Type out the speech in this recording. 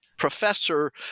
professor